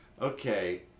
okay